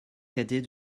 cadet